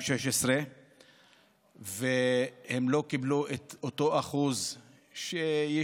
ב-2016 והם לא קיבלו את אותו אחוז שיישובים,